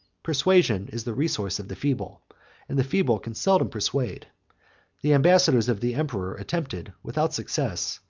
persuasion is the resource of the feeble and the feeble can seldom persuade the ambassadors of the emperor attempted, without success,